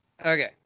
Okay